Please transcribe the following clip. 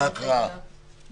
(היו"ר יואב סגלוביץ', 12:02)